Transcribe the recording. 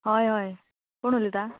हय हय कोण उलयता